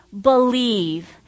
believe